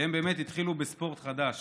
שבאמת התחילו בספורט חדש: